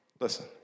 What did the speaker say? Listen